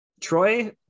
Troy